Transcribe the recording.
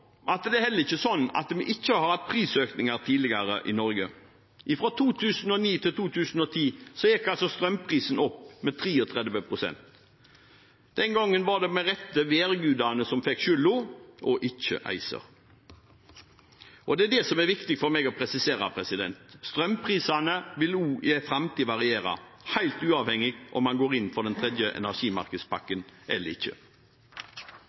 at det heller ikke er slik at vi ikke tidligere har hatt prisøkninger i Norge. Fra 2009 til 2010 gikk strømprisen opp med 33 pst. Den gangen var det med rette værgudene som fikk skylden, og ikke ACER. Det er det som er viktig for meg å presisere: Strømprisene vil også i framtiden variere, helt uavhengig av om man går inn for den tredje energimarkedspakken eller ikke.